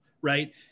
right